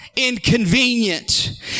inconvenient